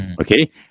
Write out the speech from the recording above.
okay